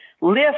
lift